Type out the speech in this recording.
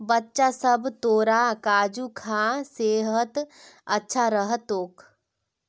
बच्चा सब, तोरा काजू खा सेहत अच्छा रह तोक